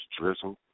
drizzle